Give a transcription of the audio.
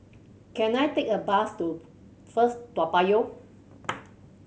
can I take a bus to First Toa Payoh